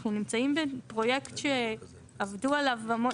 אנחנו נמצאים בפרויקט שעבדו עליו המון.